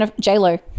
J-Lo